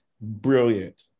Brilliant